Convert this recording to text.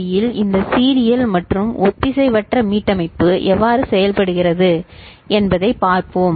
யில் இந்த சீரியல் மற்றும் ஒத்திசைவற்ற மீட்டமைப்பு எவ்வாறு செயல்படுகிறது என்பதைப் பார்ப்போம்